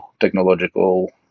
technological